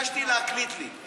וביקשתי להקליט לי.